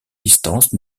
distances